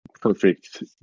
perfect